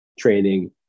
training